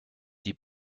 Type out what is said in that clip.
die